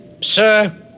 sir